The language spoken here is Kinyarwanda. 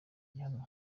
gihamya